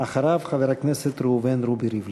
אחריו, חבר הכנסת ראובן רובי ריבלין.